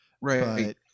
Right